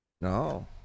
No